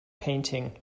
painting